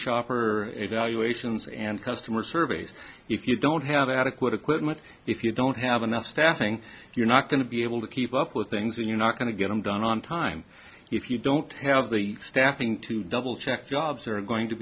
shopper evaluations and customer surveys if you don't have adequate equipment if you don't have enough staffing you're not going to be able to keep up with things when you're not going to get them done on time if you don't have the staffing to doublecheck jobs are going to